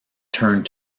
turned